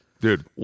Dude